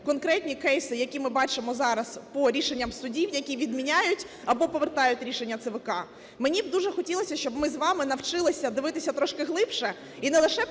конкретні кейси, які ми бачимо зараз по рішенням судів, які відміняють або повертають рішення ЦВК. Мені б дуже хотілося, щоб ми з вами навчилися дивитися трошки глибше,